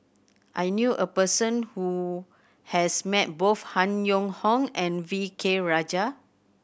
I knew a person who has met both Han Yong Hong and V K Rajah